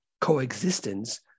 coexistence